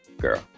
girl